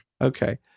Okay